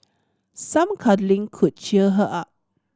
some cuddling could cheer her up